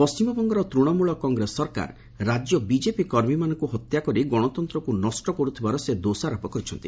ପଣ୍ଢିମବଙ୍ଗର ଡୂଶମୂଳ କଂଗ୍ରେସ ସରକାର ରାଜ୍ୟ ବିଜେପି କର୍ମୀମାନଙ୍କୁ ହତ୍ୟାକରି ଗଣତନ୍ତ୍ରକୁ ନଷ୍ଟ କରୁଥିବାର ସେ ଦୋଷାରୋପ କରିଛନ୍ତି